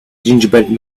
gingerbread